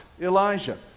Elijah